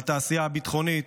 בתעשייה הביטחונית,